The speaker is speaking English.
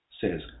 says